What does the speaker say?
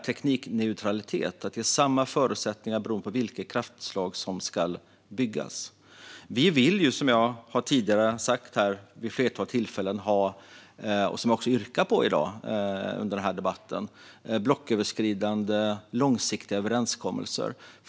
Teknikneutralitet innebär samma förutsättningar oberoende av vilket kraftslag som ska byggas. Precis som jag vid ett flertal tillfällen har sagt, och som jag har yrkat bifall till i dag under debatten, vill vi ha blocköverskridande långsiktiga överenskommelser.